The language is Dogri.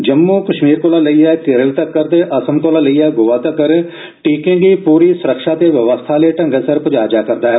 जम्म् कश्मीर कोला लेइयै केरल तगर ते असम कोला लेइयै गोवा तगर टीके गी प्री स्रक्षा ते व्यवस्था आले ढंगै सिर प्जाया जा करदा ऐ